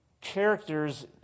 characters